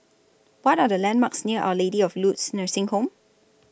What Are The landmarks near Our Lady of Lourdes Nursing Home